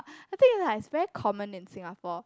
I think like it's very common in Singapore